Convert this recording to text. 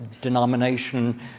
denomination